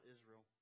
Israel